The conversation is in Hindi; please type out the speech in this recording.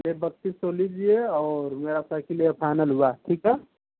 चलिए बत्तीस सौ लीजिए और मेरा साइकिल यह फाइनल हुआ ठीक है